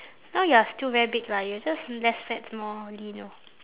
now you are still very big lah you're just less fats more lean lor